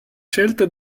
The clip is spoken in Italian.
scelta